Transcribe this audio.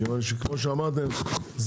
כמו שאמרתם,